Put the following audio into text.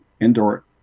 indoor